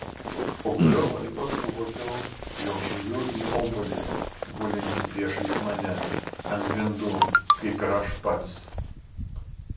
po kurio laiko suvokiau jog žiūriu į obuolį gulintį priešais mane ant grindų kaip ir aš pats